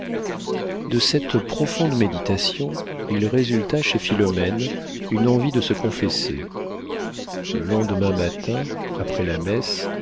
de cette profonde méditation il résulta chez philomène une envie de se confesser le lendemain matin après la messe